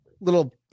little